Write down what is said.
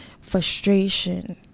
frustration